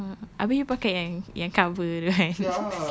ah abeh you pakai yang cover tu eh